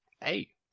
Hey